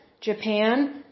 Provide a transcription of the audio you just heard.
Japan